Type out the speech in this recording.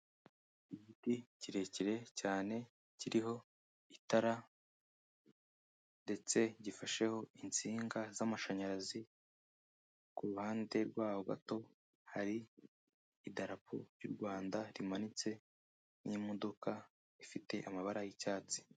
Igiti kirekire cyane, kiriho itara ndetse gifasheho insinga z'amashanyarazi, ku ruhande rwaho gato, hari idarapo ry'u Rwanda rimanitse n'imodoka ifite amabara y'icyatsi.